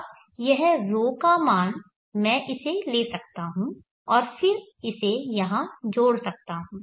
अब यह ρ का मान मैं इसे ले सकता हूं और फिर इसे यहां जोड़ सकता हूं